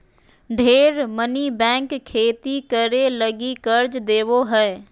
ढेर मनी बैंक खेती करे लगी कर्ज देवो हय